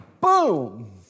boom